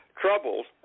troubles